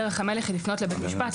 דרך המלך היא לפנות לבית משפט,